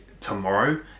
tomorrow